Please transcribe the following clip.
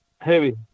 heavy